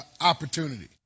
opportunity